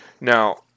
Now